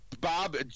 Bob